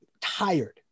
tired